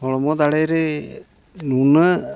ᱦᱚᱲᱢᱚ ᱫᱟᱲᱮ ᱨᱮ ᱱᱩᱱᱟᱹᱜ